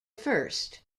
first